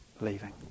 leaving